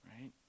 Right